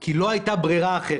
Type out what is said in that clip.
כי לא הייתה ברירה אחרת.